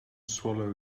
swallow